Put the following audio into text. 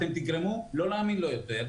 אתם תגרמו לא להאמין לו יותר.